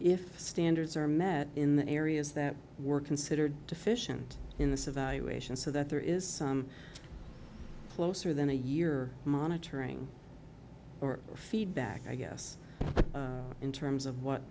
if standards are met in the areas that were considered deficient in this evaluation so that there is some closer than a year monitoring or feedback i guess in terms of what